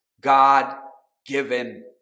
God-given